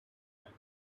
omens